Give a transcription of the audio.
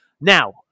Now